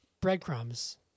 breadcrumbs